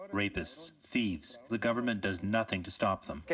rapists, thieves. the government does nothing to stop them.